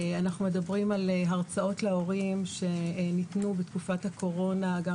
אנחנו מדברים על הרצאות להורים שניתנו בתקופת הקורונה גם